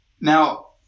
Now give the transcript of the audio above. Now